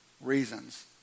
reasons